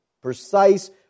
precise